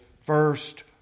first